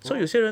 oh